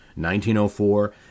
1904